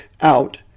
out